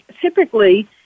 typically